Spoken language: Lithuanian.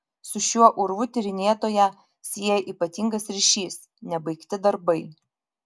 su šiuo urvu tyrinėtoją sieja ypatingas ryšys nebaigti darbai